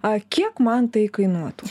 a kiek man tai kainuotų